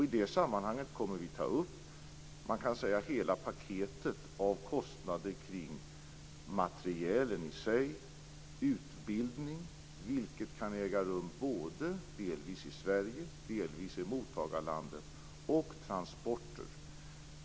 I det sammanhanget kommer vi att ta upp hela paketet av kostnader kring materielen i sig, utbildning - vilken kan äga rum delvis i Sverige och delvis i mottagarlandet - och transporter.